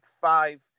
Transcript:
five